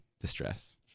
distress